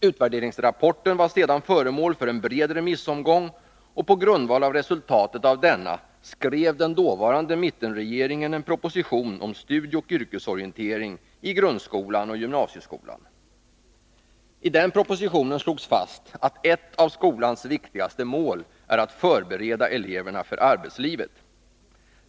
Utvärderingsrapporten var sedan föremål för en bred remissomgång och på grundval av resultatet av denna skrev den dåvarande mittenregeringen en proposition om studieoch yrkesorientering i grundskolan och gymnasieskolan. I den propositionen slogs fast att ett av skolans viktigaste mål är att förbereda eleverna för arbetslivet.